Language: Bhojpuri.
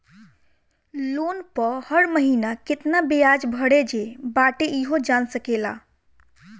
लोन पअ हर महिना केतना बियाज भरे जे बाटे इहो जान सकेला